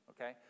okay